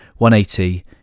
180